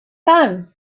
tant